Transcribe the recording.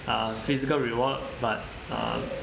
uh physical reward but uh